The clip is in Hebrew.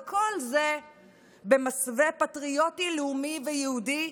וכל זה במסווה פטריוטי לאומי ויהודי.